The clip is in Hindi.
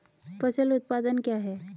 फसल उत्पादन क्या है?